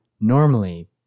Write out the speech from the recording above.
normally